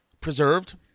preserved